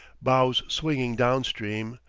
bows swinging down-stream,